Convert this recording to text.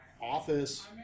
office